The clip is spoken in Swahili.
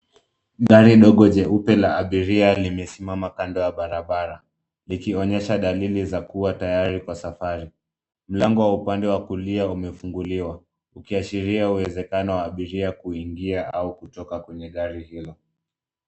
Gari dogo jeupe la abiria limesimama kando ya barabara likionyesha dalili za kuwa tayari kwa safari. Mlango wa upande wa kulia umefunguliwa ukiashiria uwezekano wa abiria kuingia au kutoka kwenye gari hilo.